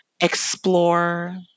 explore